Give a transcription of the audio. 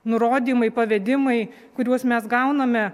nurodymai pavedimai kuriuos mes gauname